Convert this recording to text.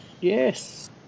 Yes